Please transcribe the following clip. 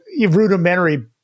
rudimentary